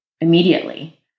immediately